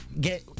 get